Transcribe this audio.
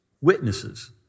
witnesses